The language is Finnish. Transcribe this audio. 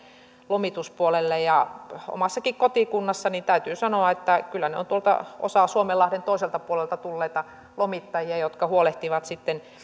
lomituspuolelle omassakin kotikunnassani täytyy sanoa kyllä osa on tuolta suomenlahden toiselta puolelta tulleita lomittajia jotka huolehtivat sitten